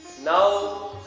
now